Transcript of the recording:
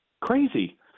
Crazy